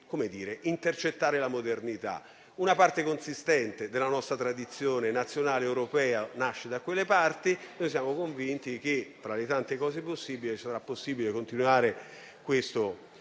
intercettare la modernità. Una parte consistente della nostra tradizione nazionale ed europea nasce da quelle parti: noi siamo convinti che, tra le tante cose possibili, sarà possibile continuare questo